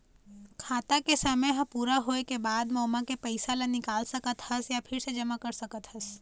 खाता के समे ह पूरा होए के बाद म ओमा के पइसा ल निकाल सकत हस य फिर से जमा कर सकत हस